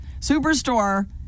Superstore